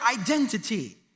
identity